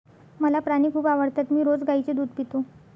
मला प्राणी खूप आवडतात मी रोज गाईचे दूध पितो